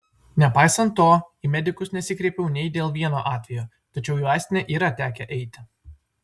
nepaisant to į medikus nesikreipiau nei dėl vieno atvejo tačiau į vaistinę yra tekę eiti